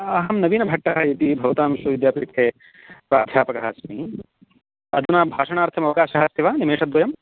अहं नवीनभट्टः इति भवतां विश्वविद्यापीठे प्राध्यापकः अस्मि अधुना भाषणार्थमवकाशः अस्ति वा निमेषद्वयम्